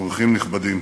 אורחים נכבדים,